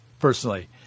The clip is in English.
personally